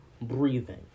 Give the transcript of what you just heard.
breathing